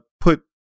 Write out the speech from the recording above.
put